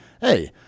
hey